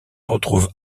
retrouve